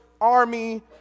army